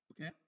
Okay